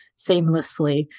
seamlessly